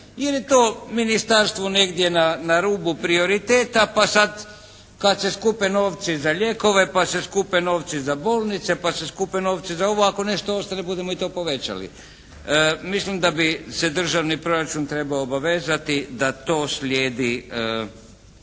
je to ministarstvo negdje na rubu prioriteta pa sad kad se skupe novci za lijekove, pa se skupe novci za bolnice, pa se skupe novci za ovo. Ako nešto ostane budemo i to povećali. Mislim da bi se državni proračun trebao obavezati da to slijedi